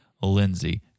Lindsay